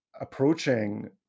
approaching